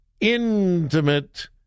intimate